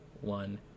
one